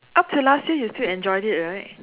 up till last year you still enjoyed it right